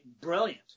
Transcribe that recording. brilliant